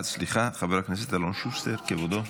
אה, סליחה, חבר הכנסת אלון שוסטר, כבודו.